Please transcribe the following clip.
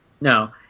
No